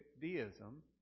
deism